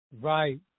Right